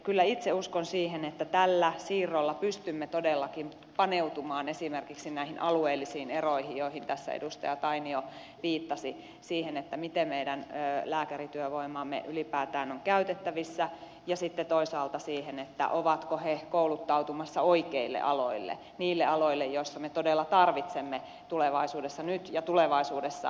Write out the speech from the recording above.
kyllä itse uskon siihen että tällä siirrolla pystymme todellakin paneutumaan esimerkiksi näihin alueellisiin eroihin joihin tässä edustaja tainio viittasi siihen miten meidän lääkärityövoimamme ylipäätään on käytettävissä ja sitten toisaalta siihen ovatko he kouluttautumassa oikeille aloille niille aloille joilla me todella tarvitsemme nyt ja tulevaisuudessa lääkärityövoimaa